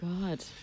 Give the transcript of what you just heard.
God